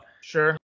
Sure